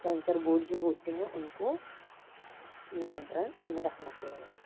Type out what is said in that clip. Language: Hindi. सैन्सर बोर्ड जो होते हैं उनको नियंत्रण में रखना चाहिए